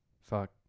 Fuck